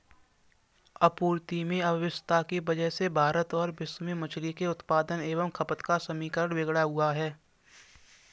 आपूर्ति में अव्यवस्था की वजह से भारत और विश्व में मछली के उत्पादन एवं खपत का समीकरण बिगड़ा हुआ है